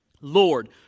Lord